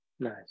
Nice